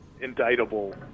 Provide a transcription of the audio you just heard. indictable